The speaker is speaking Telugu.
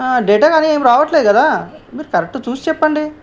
డేటా కానీ ఏమి రావడంలేదు కదా మీరు కరెక్ట్గా చూసి చెప్పండి